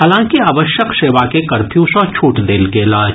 हालांकि आवश्यक सेवा के कर्फ्यू सँ छूट देल गेल अछि